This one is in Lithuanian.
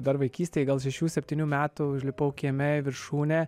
dar vaikystėje gal šešių septynių metų užlipau kieme į viršūnę